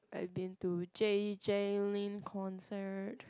I been J J Lin concert